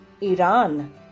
Iran